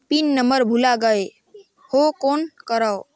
Pin number भुला गयें हो कौन करव?